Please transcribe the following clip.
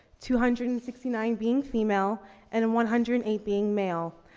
two hundred and sixty nine being female and and one hundred and eight being male.